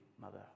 mother